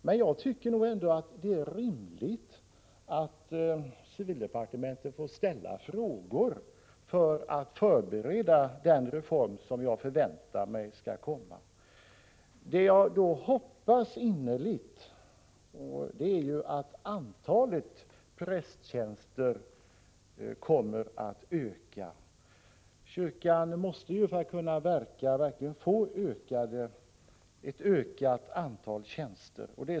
Men jag tycker ändå att det är rimligt att civildepartementet får ställa frågor för att förbereda den reform som jag förväntar mig skall komma. Det jag då hoppas innerligt är att antalet prästtjänster kommer att öka. Kyrkan måste, för att kunna fungera, verkligen få ett ökat antal tjänster.